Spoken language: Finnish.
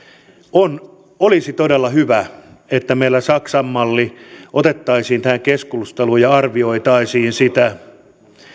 olisi todella hyvä että meillä saksan malli otettaisiin tähän keskusteluun ja arvioitaisiin sitä